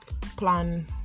plan